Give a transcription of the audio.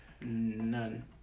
none